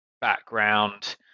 background